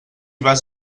vas